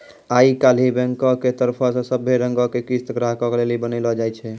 आई काल्हि बैंको के तरफो से सभै रंगो के किस्त ग्राहको लेली बनैलो जाय छै